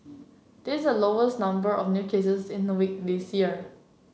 this is the lowest number of new cases in a week this year